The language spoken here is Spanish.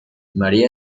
maría